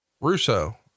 Russo